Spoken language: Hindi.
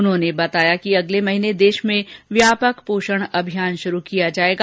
उन्होंने बताया कि अगले महीने देश में व्यापक पोषण अभियान शुरू किया जाएगा